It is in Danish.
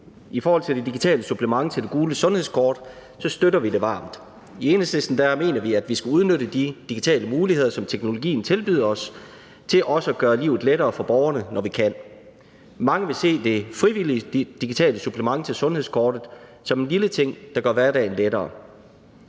I forhold til det digitale supplement til det gule sundhedskort støtter vi det varmt. I Enhedslisten mener vi, at vi skal udnytte de digitale muligheder, som teknologien tilbyder os, til også at gøre livet lettere for borgerne, når vi kan. Mange vil se det frivillige digitale supplement til sundhedskortet som en lille ting, der gør hverdagen lettere.